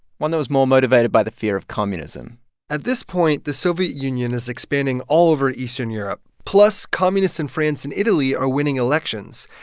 one that was more motivated by the fear of communism at this point, the soviet union is expanding all over eastern europe. plus, communists in france and italy are winning elections,